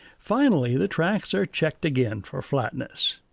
finally, the tracks are checked again for flatness.